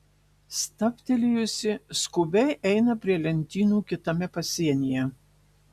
stabtelėjusi skubiai eina prie lentynų kitame pasienyje